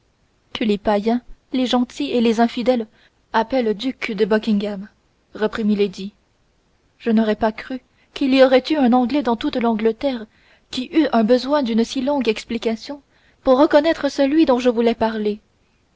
que les païens les gentils et les infidèles appellent duc de buckingham reprit milady je n'aurais pas cru qu'il y aurait eu un anglais dans toute l'angleterre qui eût eu besoin d'une si longue explication pour reconnaître celui dont je voulais parler